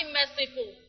merciful